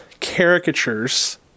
caricatures